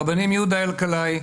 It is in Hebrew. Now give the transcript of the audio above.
הרבנים יהודה אלקלעי,